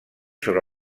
sobre